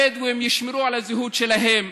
הבדואים ישמרו על הזהות שלהם,